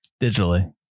digitally